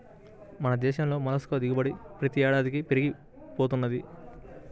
మన దేశంలో మొల్లస్క్ ల దిగుబడి ప్రతి ఏడాదికీ పెరిగి పోతున్నది